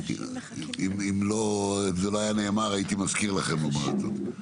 אם זה לא היה נאמר הייתי מזכיר לכם לומר אותם.